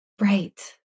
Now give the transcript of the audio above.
Right